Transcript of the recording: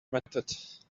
method